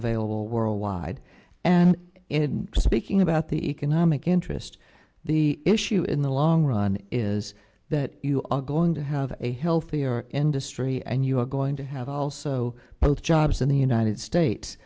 available worldwide and in speaking about the economic interest the issue in the long run is that you are going to have a healthier industry you're going to have also both jobs in the united state